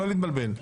לא להתבלבל.